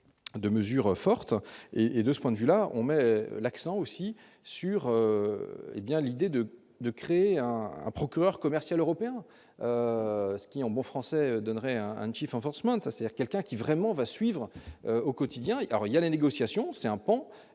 de mesures fortes et et de ce point de vue-là, on met l'accent aussi sûre, hé bien l'idée de de créer un un procureur commercial européen, ce qui, en bon français donneraient un chiffre renforcement de sa c'est-à-dire quelqu'un qui vraiment va suivre au quotidien, alors il y a la négociation c'est un